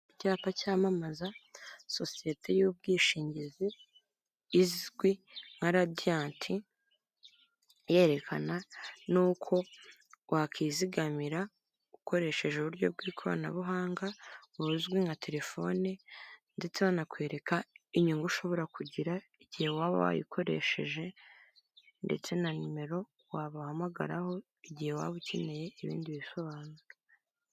Icyapa cyamamaza sosiyete y'ubwishingizi izwi nka radiyanti, irerekana nuko wakwizigamira ukoresheje uburyo bw'ikoranabuhanga buzwi nka telefone ndetse banakwereka inyungu ushobora kugira igihe waba wayikoresheje ndetse na nimero wabahamagaraho, igihe waba ukeneye ibindi bisobanuro.